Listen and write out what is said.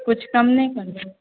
किछु कम नहि करबै